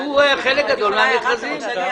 הוא חלק גדול מהמכרזים.